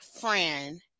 friend